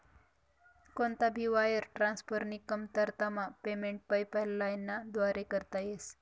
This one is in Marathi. कोणता भी वायर ट्रान्सफरनी कमतरतामा पेमेंट पेपैलना व्दारे करता येस